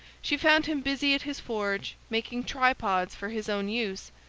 she found him busy at his forge making tripods for his own use,